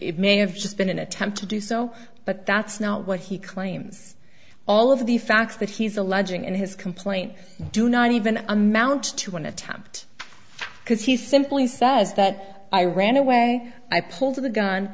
it may have just been an attempt to do so but that's not what he claims all of the facts that he's alleging in his complaint do not even amount to an attempt because he simply says that i ran away i pulled a gun